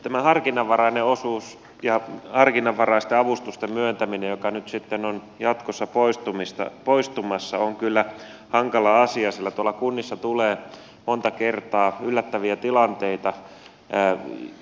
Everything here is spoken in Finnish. tämä harkinnanvarainen osuus ja harkinnanvaraisten avustusten myöntäminen joka nyt sitten on jatkossa poistumassa on kyllä hankala asia sillä tuolla kunnissa tulee monta kertaa yllättäviä tilanteita